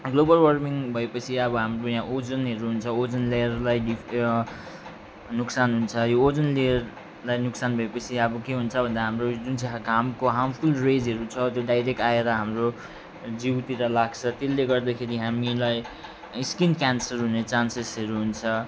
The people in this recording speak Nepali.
ग्लेबल वार्मिङ भएपछि अब हाम्रो यहाँ ओजनहरू हुन्छ ओजन लेयरलाई डिप नुकसान हुन्छ यो ओजन लेयरलाई नुकसान भएपछि अब के हुन्छ भन्दा हाम्रो जुन चाहिँ घामको हार्मफुल रेजहरू छ त्यो डाइरेक्ट आएर हाम्रो जिउतिर लाग्छ त्यसले गर्दाखेरि हामीलाई स्किन क्यान्सर हुने चान्सेसहरू हुन्छ